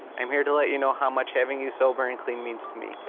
i'm here to let you know how much having you sober and clean means to me.